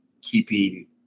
keeping